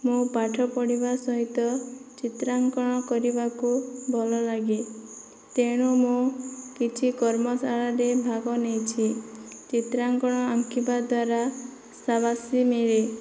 ମୁଁ ପାଠ ପଢ଼ିବା ସହିତ ଚିତ୍ରାଙ୍କନ କରିବାକୁ ଭଲଲାଗେ ତେଣୁ ମୁଁ କିଛି କର୍ମଶାଳାରେ ଭାଗ ନେଇଛି ଚିତ୍ରାଙ୍କନ ଆଙ୍କିବା ଦ୍ଵାରା ସାବାସୀ ମିଳେ